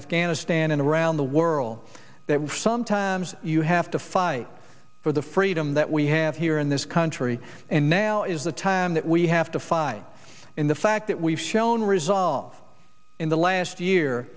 afghanistan and around the world that sometimes you have to fight for the freedom that we have here in this country and now is the time that we have to find in the fact that we've shown resolve in the last year